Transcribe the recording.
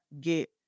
get